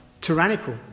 tyrannical